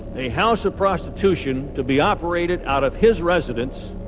a house of prostitution to be operated out of his residence.